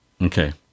Okay